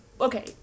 okay